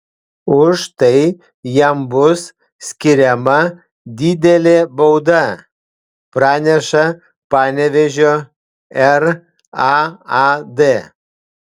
už tai jam bus skiriama didelė bauda praneša panevėžio raad